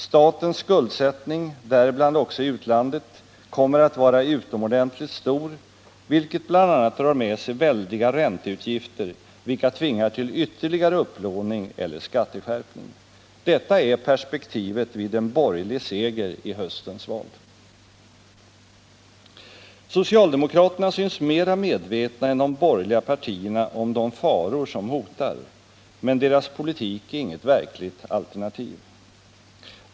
Statens skuldsättning, däribland också i utlandet, kommer att vara utomordentligt stor, vilket bl.a. drar med sig väldiga ränteutgifter, som tvingar till ytterligare upplåning eller skatteskärpning. Det är perspektivet vid en borgerlig seger i höstens val. Socialdemokraterna synes mera medvetna än de borgerliga partierna om de faror som hotar, men deras politik är inget verkligt alternativ.